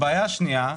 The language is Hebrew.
הבעיה השנייה,